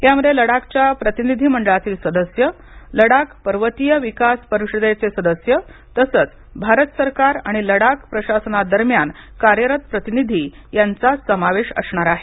यामध्ये लडाखच्या प्रतिनिधी मंडळातील सदस्य लडाखपर्वतीय विकास परिषदेचे सदस्य तसच भारत सरकार आणि लडाख प्रशासनादरम्यान कार्यरत प्रतिनिधी यांचा समावेश असणार आहे